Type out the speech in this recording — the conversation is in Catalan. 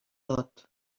tot